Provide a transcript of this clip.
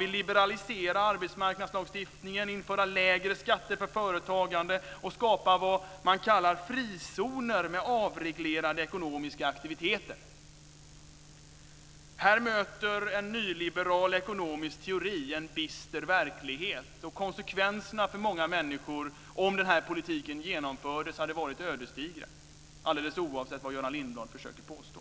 liberalisera arbetsmarknadslagstiftningen, införa lägre skatter för företagande och skapa vad man kallar "frizoner" med "avreglerade ekonomiska aktiviteter". Här möter en nyliberal ekonomisk teori en bister verklighet. Konsekvenserna för många människor om den här politiken genomfördes hade varit ödesdigra, alldeles oavsett vad Göran Lindblad försöker påstå.